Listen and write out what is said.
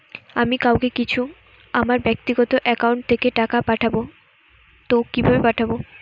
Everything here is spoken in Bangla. আমি কাউকে কিছু আমার ব্যাক্তিগত একাউন্ট থেকে টাকা পাঠাবো তো কিভাবে পাঠাবো?